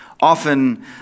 Often